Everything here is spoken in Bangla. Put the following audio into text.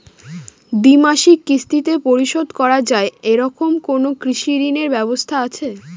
দ্বিমাসিক কিস্তিতে পরিশোধ করা য়ায় এরকম কোনো কৃষি ঋণের ব্যবস্থা আছে?